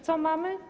Co mamy?